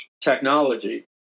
technology